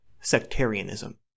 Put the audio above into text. sectarianism